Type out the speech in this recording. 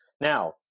now